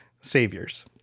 saviors